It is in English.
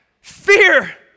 fear